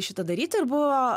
šitą daryti ir buvo